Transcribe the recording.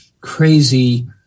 crazy